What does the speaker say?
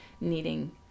needing